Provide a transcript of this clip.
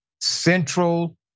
Central